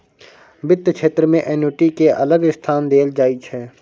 बित्त क्षेत्र मे एन्युटि केँ अलग स्थान देल जाइ छै